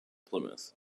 plymouth